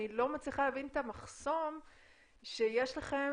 אני לא מצליח להבין את המחסום שיש לכם